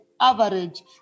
average